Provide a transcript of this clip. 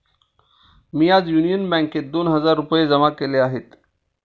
मी आज युनियन बँकेत दोन हजार रुपये जमा केले आहेत